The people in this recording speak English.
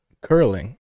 curling